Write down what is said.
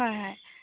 হয় হয়